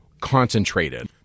concentrated